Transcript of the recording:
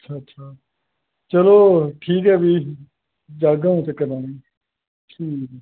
चलो ठीक ऐ भी जाह्गा अंऊ चक्कर लानै ई ठीक